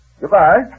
Goodbye